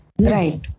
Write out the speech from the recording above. Right